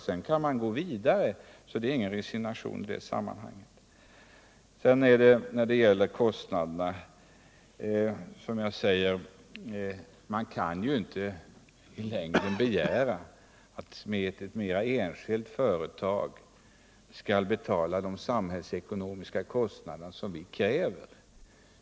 Sedan kan man gå vidare, så det är ingen resignation i det sammanhanget. När det gäller kostnaderna kan man, som jag säger, inte i längden begära att ett enskilt företag skall betala de samhällsekonomiska kostnaderna som vi kräver.